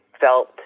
felt